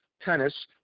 tennis